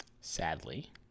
sadly